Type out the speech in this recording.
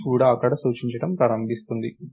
p కూడా అక్కడ సూచించడం ప్రారంభిస్తుంది